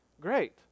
Great